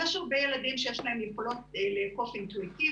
אז יש הרבה ילדים שיש להם יכולות לאכוף אינטואיטיבית,